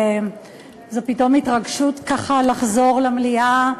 זו פתאום התרגשות ככה לחזור למליאה,